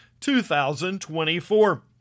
2024